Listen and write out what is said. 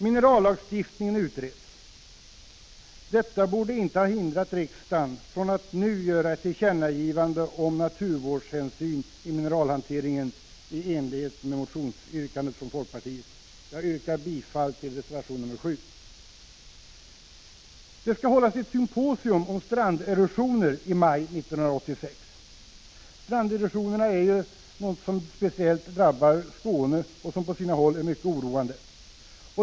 Minerallagstiftningen utreds. Detta borde inte ha hindrat riksdagen från att nu göra ett tillkännagivande om naturvårdshänsyn i mineralhanteringen i enlighet med motionsyrkandet från folkpartiet. Jag yrkar bifall till reservation 7. Det skall i maj 1986 hållas ett symposium om stranderosioner. Stranderosionerna är något som speciellt drabbar Skåne och är på sina håll mycket oroande.